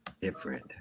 Different